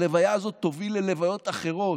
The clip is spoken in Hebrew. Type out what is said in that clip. הלוויה הזאת תוביל ללוויות אחרות,